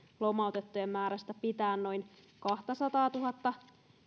lomautettujen määrästä pitää noin kahtasataatuhatta